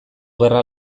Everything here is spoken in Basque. gerra